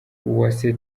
uwase